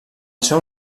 seu